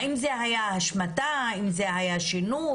האם זה היה השמטה, האם זה היה שינוי?